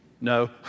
No